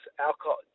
alcohol